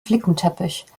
flickenteppich